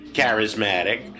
charismatic